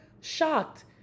shocked